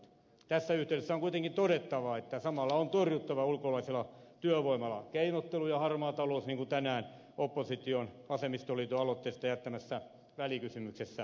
tässä yhteydessä on kuitenkin todettava että samalla on torjuttava ulkolaisella työvoimalla keinottelu ja harmaa talous niin kuin tänään opposition vasemmistoliiton aloitteesta jättämässä välikysymyksessä vaaditaan